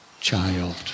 child